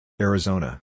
Arizona